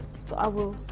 so i will